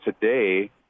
today